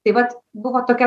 tai vat buvo tokia